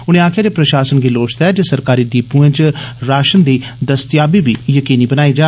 उनें आखेआ जे प्रषासन गी लोड़चदा ऐ जे सरकारी डिपुएं च राषन दी दस्तयाबी यकीनी बनाई जा